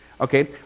okay